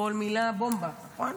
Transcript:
כל מילה בומבה, נכון?